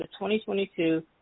2022